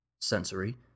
sensory